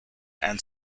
and